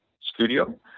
studio